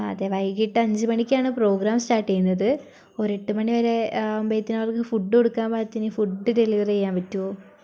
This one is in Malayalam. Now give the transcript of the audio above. അതെ വൈകീട്ട് അഞ്ച് മണിക്കാണ് പ്രോഗ്രാം സ്റ്റാർട്ട് ചെയ്യുന്നത് ഒരു എട്ടുമണിവരെ ആകുമ്പോഴേക്കും അവർക്ക് ഫുഡ് കൊടുക്കാൻ പാകത്തിന് ഫുഡ് ഡെലിവറി ചെയ്യാൻ പറ്റുമോ